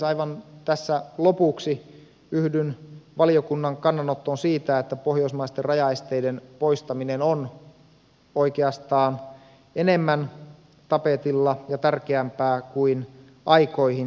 aivan tässä lopuksi yhdyn valiokunnan kannanottoon siitä että pohjoismaisten rajaesteiden poistaminen on oikeastaan enemmän tapetilla ja tärkeämpää kuin aikoihin